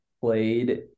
played